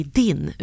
din